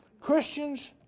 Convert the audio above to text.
Christians